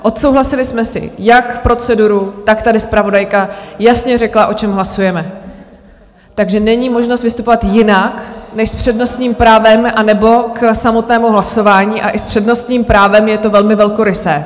Odsouhlasili jsme si, jak proceduru, tak tady zpravodajka jasně řekla, o čem hlasujeme, takže není možnost vystupovat jinak než s přednostním právem, anebo k samotnému hlasování a i s přednostním právem je to velmi velkorysé.